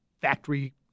factory